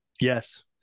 Yes